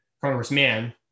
congressman